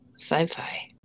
sci-fi